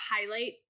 highlight